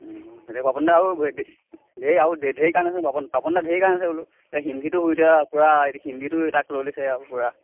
এতিয়া পাপন দা আৰু ঢেৰ আৰু ঢেৰ ঢেৰ গান আছে পাপন পাপন দাৰ ঢেৰ গান আছে বোলো এতিয়া হিন্দীটো এতিয়া পূৰা হিন্দীটো তাক লৈ লৈছে আৰু পূৰা